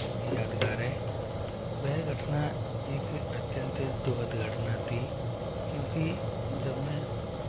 यादगार है वह घटना एक अत्यंत दुःखद घटना थी क्योंकि जब मैं